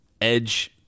edge